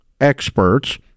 experts